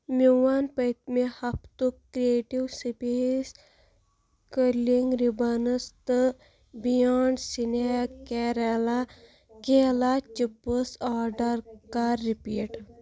میٛون پٔتۍ مہِ ہفتُک کرٛییٹِو سُپیس کٔرلِنٛگ رِبنٕز تہٕ بِِیانٛڈ سِنیک کیرلہ کیلا چِپٕس آرڈر کر رِپیٖٹ